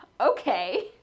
Okay